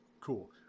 cool